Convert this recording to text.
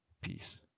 Peace